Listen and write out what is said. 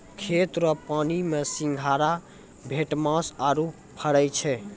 खेत रो पानी मे सिंघारा, भेटमास आरु फरै छै